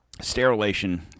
sterilization